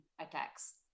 attacks